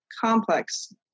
complex